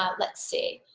ah let's see